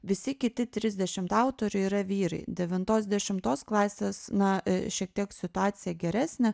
visi kiti trisdešimt autorių yra vyrai devintos dešimtos klasės na šiek tiek situacija geresnė